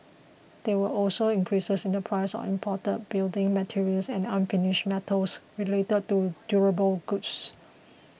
there were also increases in the prices of imported building materials and unfinished metals related to durable goods